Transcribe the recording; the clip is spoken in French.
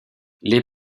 les